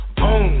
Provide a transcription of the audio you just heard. boom